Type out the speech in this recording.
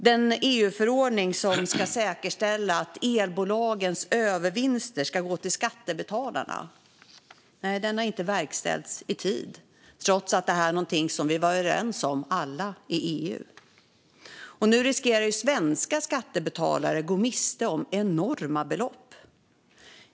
Den EU-förordning som ska säkerställa att elbolagens övervinster går till skattebetalarna har inte verkställts i tid, trots att det här är någonting som vi alla i EU var överens om. Nu riskerar svenska skattebetalare att gå miste om enorma belopp.